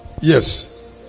Yes